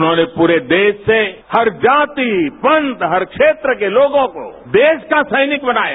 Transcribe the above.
उन्होंने पूरे देश से हर जाति पंथ हर क्षेत्र के लोगों को देश का सैनिक बनाया